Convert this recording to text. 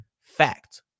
Fact